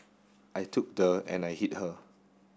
I took the and I hit her